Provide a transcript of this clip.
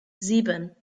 sieben